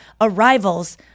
arrivals